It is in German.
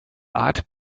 art